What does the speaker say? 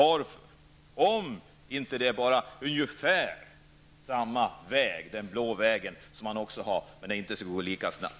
Är man inte inne på ungefär samma väg, den blå vägen, med den skillanden att det inte skall gå lika snabbt?